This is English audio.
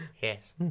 Yes